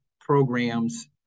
programs